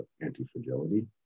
anti-fragility